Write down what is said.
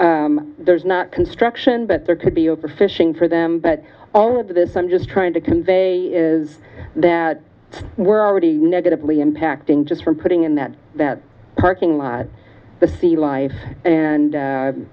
there's not construction but there could be overfishing for them but all of this i'm just trying to convey is that we're already negatively impacting just from putting in that parking lot the sea life and